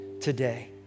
today